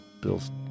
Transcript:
Bill's